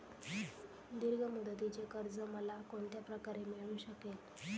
दीर्घ मुदतीचे कर्ज मला कोणत्या प्रकारे मिळू शकेल?